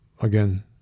again